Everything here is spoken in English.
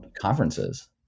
conferences